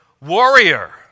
warrior